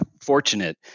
Fortunate